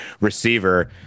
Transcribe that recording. receiver